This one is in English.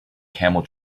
camel